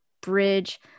bridge